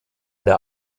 der